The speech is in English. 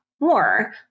more